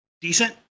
decent